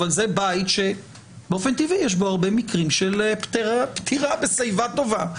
אבל זה בית שבאופן טבעי יש בו הרבה מקרים של פטירה בשיבה טובה,